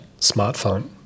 smartphone